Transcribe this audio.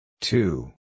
Two